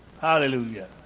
Hallelujah